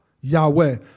Yahweh